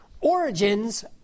origins